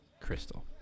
crystal